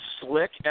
slick